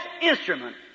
instrument